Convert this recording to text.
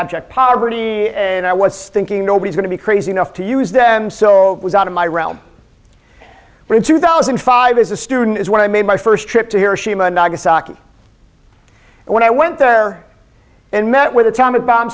abject poverty and i was thinking nobody's going to be crazy enough to use them so it was out of my realm but in two thousand and five as a student is when i made my first trip to hiroshima and nagasaki and when i went there and met with atomic bomb